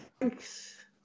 Thanks